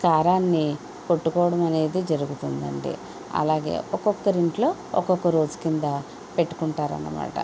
కారాన్ని కొట్టుకోవడం అనేది జరుగుతుందండి అలాగే ఒక్కొక్కరి ఇంట్లో ఒక్కొక్క రోజు కింద పెట్టుకుంటారు అన్నమాట